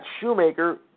Shoemaker